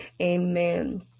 Amen